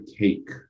take